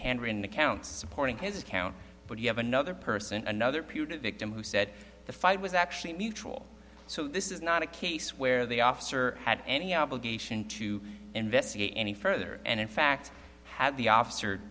handwritten accounts supporting his account but you have another person another putin victim who said the fight was actually mutual so this is not a case where the officer had any obligation to investigate any further and in fact had the officer